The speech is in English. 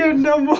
no